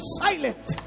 silent